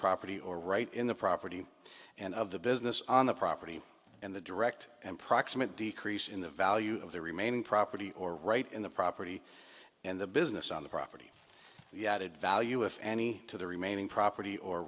property or right in the property and of the business on the property and the direct and proximate decrease in the value of the remaining property or right in the property and the business on the property the added value if any to the remaining property or